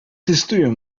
testują